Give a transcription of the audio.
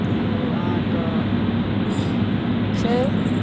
तैयो अहाँके छै